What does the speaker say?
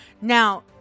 Now